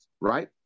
right